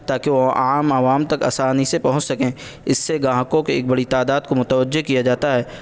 تاکہ وہ عام عوام تک اسانی سے پہنچ سکیں اس سے گاہکوں کی ایک بڑی تعداد کو متوجہ کیا جاتا ہے